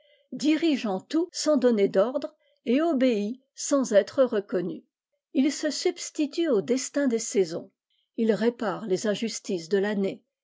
dirigeant tout sans danner d'ordre et obéi sans être reconnu il se substitue aux destins des saisons il répare les injustices de tannée